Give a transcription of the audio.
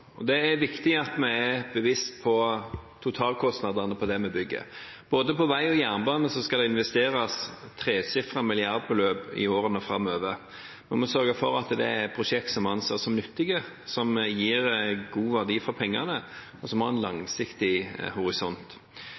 Det er viktig at vi er bevisste på totalkostnadene for det vi bygger. Både på vei og på jernbane skal det investeres tresifrede milliardbeløp i årene framover. Da må vi sørge for at det er prosjekter som vi anser som nyttige, som gir god verdi for pengene, og som har en langsiktig horisont.